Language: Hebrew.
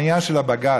העניין של הבג"ץ.